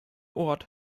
ort